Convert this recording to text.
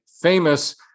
famous